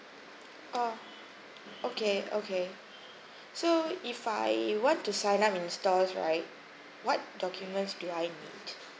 oh okay okay so if I want to sign up in stores right what documents do I need